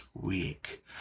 week